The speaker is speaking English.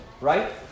right